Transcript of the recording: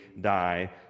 die